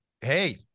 Hey